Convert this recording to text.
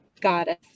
goddess